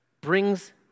brings